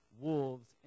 wolves